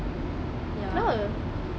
ya